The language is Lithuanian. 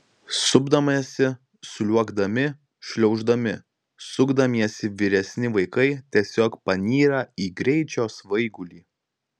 supdamiesi sliuogdami šliauždami sukdamiesi vyresni vaikai tiesiog panyra į greičio svaigulį